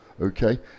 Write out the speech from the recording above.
okay